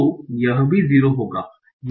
तो यह भी 0 होगा